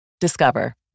Discover